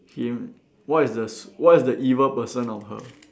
him what is the s~ what is the evil person of her